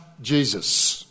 Jesus